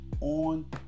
on